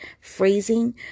phrasing